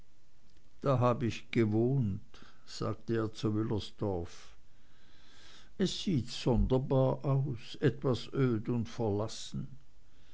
da hab ich gewohnt sagte er zu wüllersdorf es sieht sonderbar aus etwas öd und verlassen